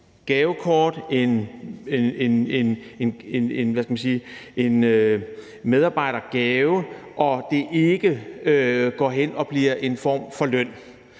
en medarbejdergave, og at det ikke går hen og bliver en form for løn.